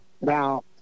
Now